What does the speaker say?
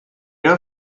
are